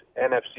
NFC